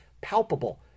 palpable